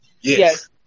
Yes